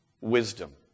wisdom